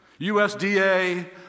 USDA